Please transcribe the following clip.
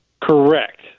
Correct